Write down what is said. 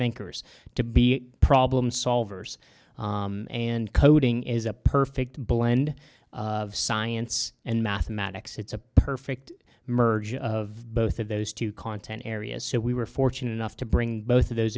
thinkers to be a problem solvers and coding is a perfect blend of science and mathematics it's a perfect merge of both of those two content areas so we were fortunate enough to bring both of those